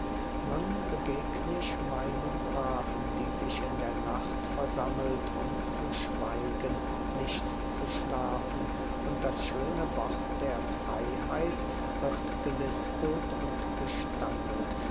nun begegn ich meinen braven die sich in der nacht versammelt um zu schweigen nicht zu schlafen und das schöne wort der freiheit wird gelispelt und gestammelt